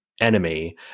enemy